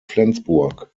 flensburg